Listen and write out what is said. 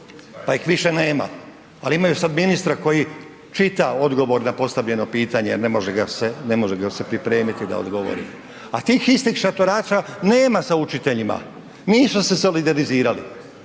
pa ih više nema, al imaju sad ministra koji čita odgovor na postavljeno pitanje jer ne može ga se, ne može ga se pripremiti da odgovori, a tih istih šatoraša nema sa učiteljima, nisu se solidalizirali.